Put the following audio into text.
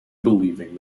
believing